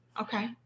Okay